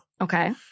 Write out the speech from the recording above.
Okay